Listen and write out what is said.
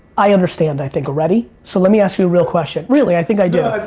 i understand, i think, already, so let me ask you a real question. really, i think i do.